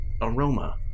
aroma